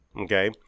Okay